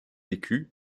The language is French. écus